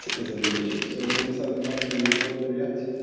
it's a big issue. so we decided not to go there yet.